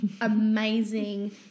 amazing